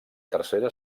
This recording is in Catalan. tercera